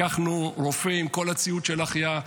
לקחנו רופא עם כל ציוד ההחייאה.